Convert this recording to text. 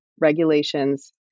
regulations